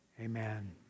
Amen